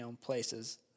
places